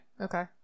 okay